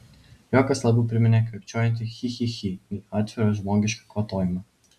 juokas labiau priminė kvėpčiojantį chi chi chi nei atvirą žmogišką kvatojimą